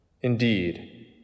Indeed